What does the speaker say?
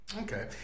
Okay